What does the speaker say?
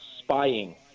spying